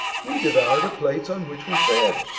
we devour the plates on which we fed.